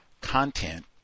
content